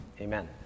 Amen